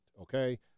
okay